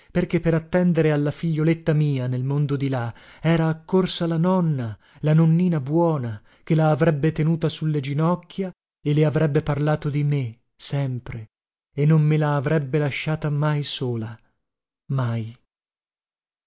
perché per attendere alla figlioletta mia nel mondo di là era accorsa la nonna la nonnina buona che la avrebbe tenuta sulle ginocchia e le avrebbe parlato di me sempre e non me la avrebbe lasciata mai sola mai